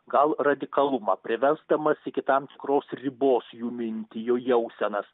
gal radikalumą privesdamas iki tam tikros ribos jų mintį jų jausenas